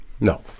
No